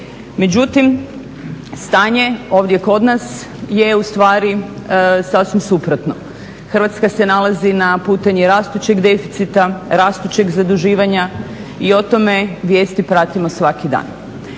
Međutim, stanje ovdje kod nas je ustvari je sasvim suprotno. Hrvatska se nalazi na putanji rastućeg deficita, rastućeg zaduživanja i o tome vijesti pratimo svaki dan.